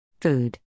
Food